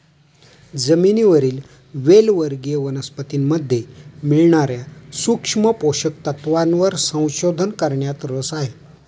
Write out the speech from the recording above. जमिनीवरील वेल वर्गीय वनस्पतीमध्ये मिळणार्या सूक्ष्म पोषक तत्वांवर संशोधन करण्यात रस आहे